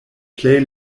plej